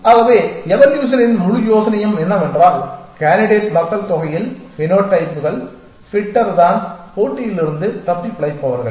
ஆகவே எவல்யுஷனின் முழு யோசனையும் என்னவென்றால் கேண்டிடேட் மக்கள்தொகையில் பினோடைப்கள் ஃபிட்டர் தான் போட்டியில் இருந்து தப்பிப்பிழைப்பவர்கள்